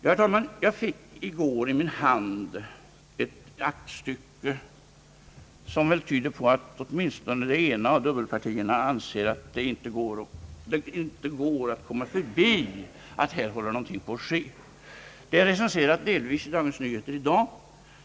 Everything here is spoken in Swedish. Ja, herr talman! Jag fick i går i min hand ett aktstycke, som väl tyder på att åtminstone det ena av dubbelpartierna anser att det inte går att komma förbi att någonting här håller på att ske. Aktstycket är delvis recenserat i dag i Dagens Nyheter.